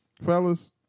Fellas